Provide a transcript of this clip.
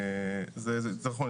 יותר נכון,